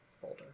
folder